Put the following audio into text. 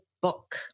book